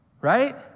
right